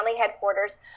headquarters